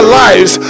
lives